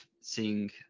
seeing